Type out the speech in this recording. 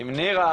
עם נירה,